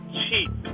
cheap